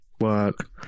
work